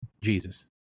Jesus